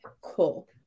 cool